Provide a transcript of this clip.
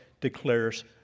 declares